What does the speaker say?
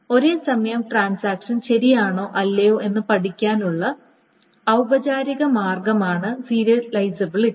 ഒരേസമയം ട്രാൻസാക്ഷൻ ശരിയാണോ അല്ലയോ എന്ന് പഠിക്കാനുള്ള ഔപചാരിക മാർഗമാണ് സീരിയലിസബിലിറ്റി